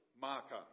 marker